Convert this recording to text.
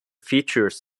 features